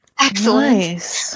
excellent